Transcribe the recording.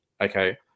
okay